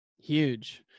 Huge